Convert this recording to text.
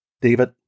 David